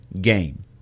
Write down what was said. game